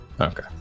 Okay